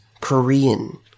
Korean